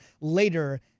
later